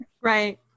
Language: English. right